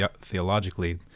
theologically